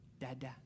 Dada